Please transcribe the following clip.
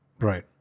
Right